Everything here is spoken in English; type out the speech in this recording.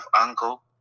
uncle